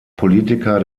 politiker